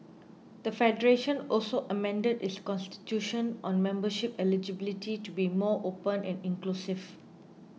the Federation also amended its Constitution on membership eligibility to be more open and inclusive